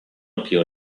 appeal